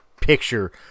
Picture